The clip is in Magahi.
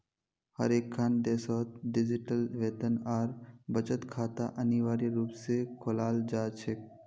हर एकखन देशत डिजिटल वेतन और बचत खाता अनिवार्य रूप से खोलाल जा छेक